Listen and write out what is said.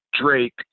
Drake